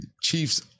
Chiefs